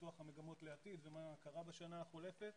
ניתוח המגמות לעתיד ומה קרה בשנה החולפת.